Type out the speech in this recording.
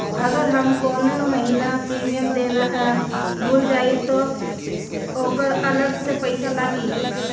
अगर हम कौने महीने प्रीमियम देना भूल जाई त ओकर अलग से पईसा लागी?